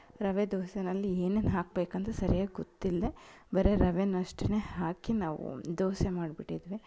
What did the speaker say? ರವೆ ದೋಸೆನಲ್ಲಿ ಏನೇನು ಹಾಕಬೇಕಂತ ಸರ್ಯಾಗಿ ಗೊತ್ತಿಲ್ಲದೇ ಬರೀ ರವೇನ ಅಷ್ಟೆ ಹಾಕಿ ನಾವು ದೋಸೆ ಮಾಡ್ಬಿಟ್ಟಿದ್ವಿ